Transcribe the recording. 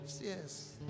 Yes